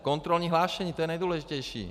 Kontrolní hlášení, to je nejdůležitější.